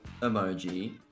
emoji